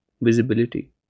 visibility